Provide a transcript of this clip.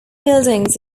buildings